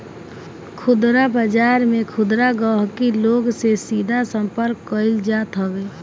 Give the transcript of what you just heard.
खुदरा बाजार में खुदरा गहकी लोग से सीधा संपर्क कईल जात हवे